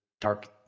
dark